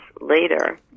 later